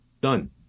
Done